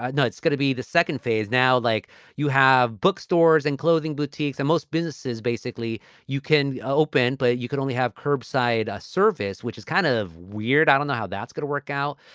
ah it's going to be the second phase. now, like you have bookstores and clothing boutiques and most businesses basically you can open, but you can only have curbside ah service, which is kind of weird. i don't know how that's going to work out,